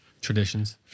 Traditions